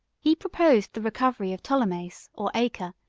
he proposed the recovery of ptolemais, or acre,